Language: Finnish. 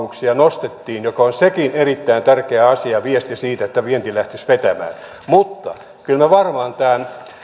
nostettiin mikä on sekin erittäin tärkeä asia ja viesti siitä että vienti lähtisi vetämään mutta kyllä meidän varmaan